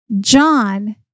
John